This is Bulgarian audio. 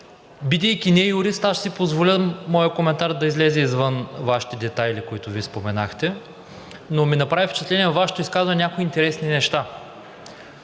Бидейки не-юрист, аз ще си позволя моят коментар да излезе извън Вашите детайли, които споменахте, но ми направиха впечатление във Вашето изказване някои интересни неща.